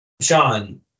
Sean